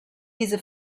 diese